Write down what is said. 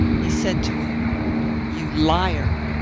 he said to her you liar!